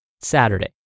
Saturday